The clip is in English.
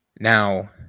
Now